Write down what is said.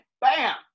bam